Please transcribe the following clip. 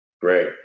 Great